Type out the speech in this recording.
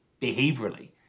behaviorally